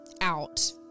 out